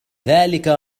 ذلك